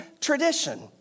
tradition